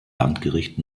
landgericht